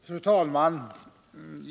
Fru talman!